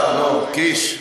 טוב נו, קיש.